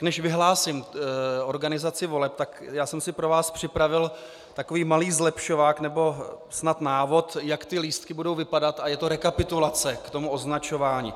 Než vyhlásím organizaci voleb, tak jsem si pro vás připravil takový malý zlepšovák, nebo snad návod, jak ty lístky budou vypadat, a je to rekapitulace k tomu označování.